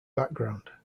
background